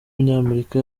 w’umunyamerika